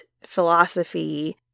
philosophy